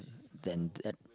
than that